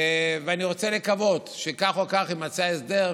אני רוצה לקוות שכך או כך יימצא ההסדר,